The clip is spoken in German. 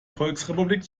volksrepublik